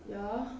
ya